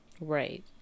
Right